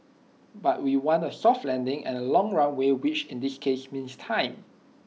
but we want A soft landing and A long runway which in this case means time